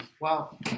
Wow